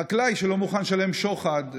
חקלאי שלא מוכן לשלם שוחד,